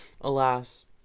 Alas